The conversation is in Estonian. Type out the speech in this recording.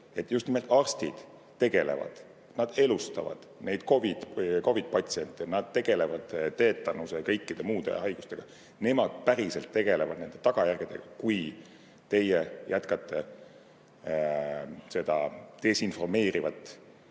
just nimelt arstid elustavad neid COVID-i-patsiente, nad tegelevad teetanuse ja kõikide muude haigustega. Nemad päriselt tegelevad nende tagajärgedega, kui teie jätkate seda desinformeerivat